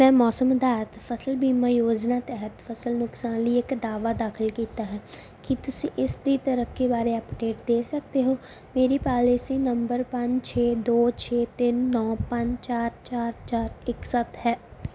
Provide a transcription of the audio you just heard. ਮੈਂ ਮੌਸਮ ਅਧਾਰਿਤ ਫਸਲ ਬੀਮਾ ਯੋਜਨਾ ਤਹਿਤ ਫਸਲ ਨੁਕਸਾਨ ਲਈ ਇੱਕ ਦਾਅਵਾ ਦਾਖਲ ਕੀਤਾ ਹੈ ਕੀ ਤੁਸੀਂ ਇਸ ਦੀ ਤਰੱਕੀ ਬਾਰੇ ਅਪਡੇਟ ਦੇ ਸਕਦੇ ਹੋ ਮੇਰੀ ਪਾਲਿਸੀ ਨੰਬਰ ਪੰਜ ਛੇ ਦੋ ਛੇ ਤਿੰਨ ਨੌਂ ਪੰਜ ਚਾਰ ਚਾਰ ਚਾਰ ਇੱਕ ਸੱਤ ਹੈ